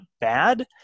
bad